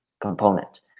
component